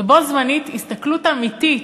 ובו-זמנית, הסתכלות אמיתית,